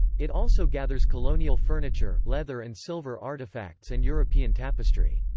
it also gathers colonial furniture, leather and silver artefacts and european tapestry.